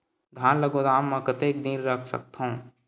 धान ल गोदाम म कतेक दिन रख सकथव?